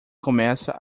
começa